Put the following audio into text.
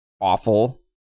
awful